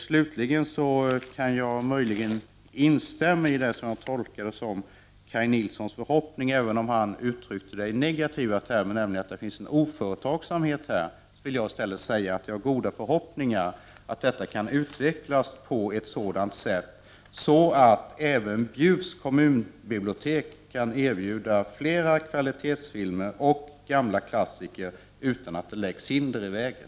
Slutligen kan jag möjligen instämma i det jag tolkade som Kaj Nilssons förhoppning, även om han uttryckte den i negativa termer, nämligen att det finns en oföretagsamhet här. Jag vill i stället säga att det finns goda förhoppningar att detta kan utvecklas på ett sådant sätt att även Bjuvs kommunbib liotek kan erbjuda flera kvalitetsfilmer och gamla klassiker utan att det läggs hinder i vägen.